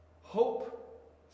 hope